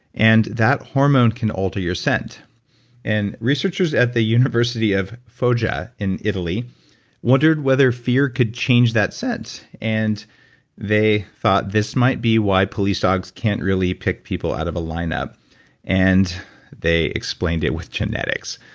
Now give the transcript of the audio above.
and that hormone can alter your scent and researchers at the university of foggia in italy wondered whether fear could change that scent. and they thought this might be why police dogs can't really pick people out of a lineup and they explained it with genetics.